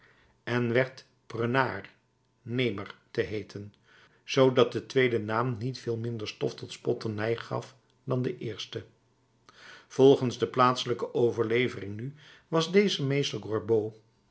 en zich prenard nemer te heeten zoodat de tweede naam niet veel minder stof tot spotternij gaf dan de eerste volgens de plaatselijke overlevering nu was deze meester